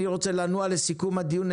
אני רוצה לנוע לסיכום הדיון.